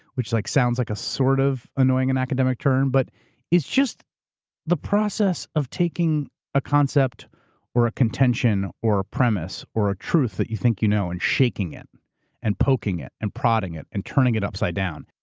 which like sounds like a sort of annoying and academic term but it's just the process of taking a concept or a contention or a premise or a truth that you think you know and shaking it and poking it and prodding it and turning it upside down.